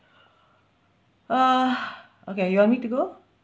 uh okay you want me to go